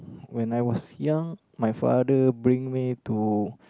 when I was young my father bring me to